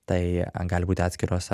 tai gali būti atskiros